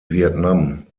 vietnam